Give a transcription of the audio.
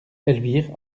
elvire